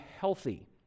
healthy